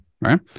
right